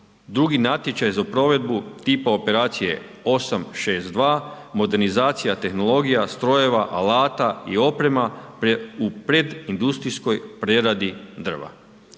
„Drugi natječaj za provedbu tipa operacije 862, modernizacija, tehnologija strojeva, alata i oprema u predindustrijskoj preradi drva“.